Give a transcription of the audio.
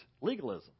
legalism